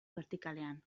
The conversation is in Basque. bertikalean